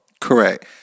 Correct